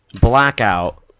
blackout